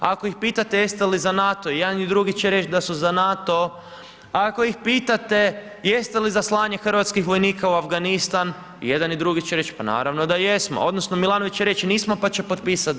Ako ih pitate jeste li za NATO i jedan i drugo će reći da su za NATO, ako ih pitate jeste li za slanje hrvatskih vojnika u Afganistan, i jedan i drugi će reći, pa naravno da jesmo, odnosno Milanović reći nismo pa će potpisati da odu.